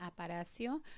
Aparacio